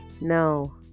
no